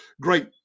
great